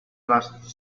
last